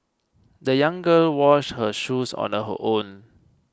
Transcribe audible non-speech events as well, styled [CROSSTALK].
the young girl washed her shoes on [NOISE] her own